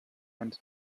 and